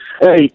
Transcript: hey